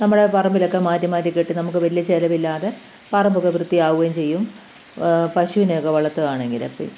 നമ്മളെ പറമ്പിലൊക്കെ മാറ്റി മാറ്റി കെട്ടി നമുക്ക് വലിയ ചിലവില്ലാതെ പറമ്പൊക്കെ വൃത്തിയാകുകയും ചെയ്യും പശുവിനൊക്കെ വളർത്തുകയാണെങ്കിൽ